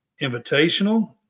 invitational